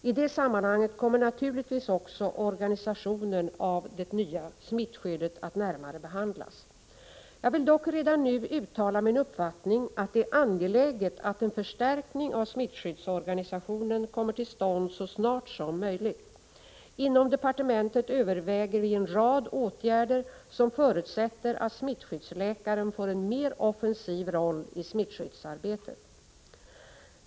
I det sammanhanget kommer naturligtvis också organisationen av det nya smittskyddet att närmare behandlas. Jag vill dock redan nu uttala min uppfattning att det är angeläget att en förstärkning av smittskyddsorganisationen kommer till stånd så snart som möjligt. Inom departementet överväger vi en rad åtgärder som förutsätter att smittskyddsläkaren får en mer offensiv roll i smittskyddsarbetet.